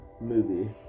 movie